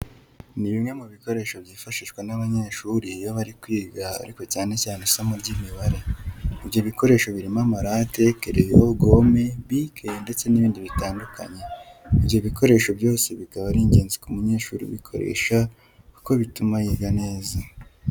Ni bimwe mu bikoresho byifashishwa n'abanyeshuri iyo bari kwiga ariko cyane cyane isomo ry'Imibare. Ibyo bikoresho harimo amarate, kereyo, gome, bike ndeste n'ibindi bitandukanye. Ibyo bikoresho byose bikaba ari ingenzi ku munyeshuri ubukoresha kuko bituma yiga neza.